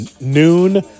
noon